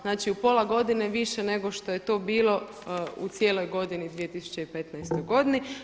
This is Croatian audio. Znači u pola godine više nego što je to bilo u cijeloj godini 2015. godini.